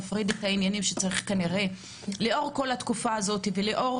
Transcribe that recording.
נפריד את העניינים שצריך כנראה לאור כל התקופה הזאת ולאור